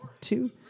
two